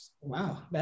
Wow